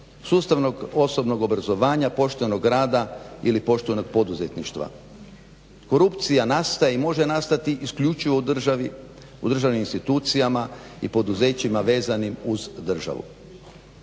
sustavnog osobnog obrazovanja, poštenog rada ili poštenog poduzetništva. Korupcija nastaje i može nastati isključivo u državnim institucijama i poduzećima vezanim uz državu.